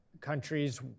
countries